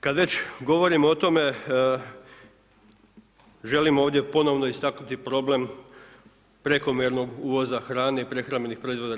Kada već govorimo o tome, želim ovdje ponovno istaknuti problem, prekovremenog uvoza hrani i prehrambenih proizvoda u RH.